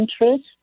interest